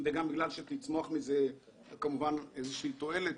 וגם בגלל שתצמח מזה איזה שהיא תועלת